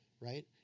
right